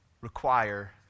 require